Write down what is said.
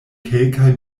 kelkaj